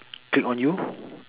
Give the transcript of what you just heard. click on you